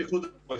פיקוד העורף.